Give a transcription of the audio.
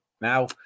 Now